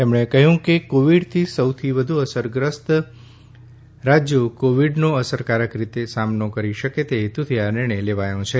તેમણે કહ્યું કે કોવિડથી સૌથી વધુ અસરગ્રસ્ત રાજ્યો કોવિડનો અસરકારક રીતે સામનો કરી શકે તે હેતુથી આ નિર્ણય લેવાયો છે